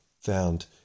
found